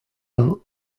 will